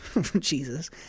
Jesus